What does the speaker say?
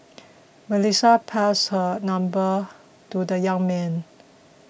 Melissa passed her number to the young man